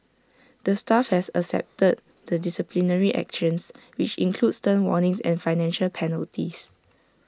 the staff have accepted the disciplinary actions which include stern warnings and financial penalties